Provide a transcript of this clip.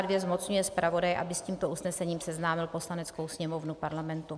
II. zmocňuje zpravodaje, aby s tímto usnesením seznámil Poslaneckou sněmovnu Parlamentu.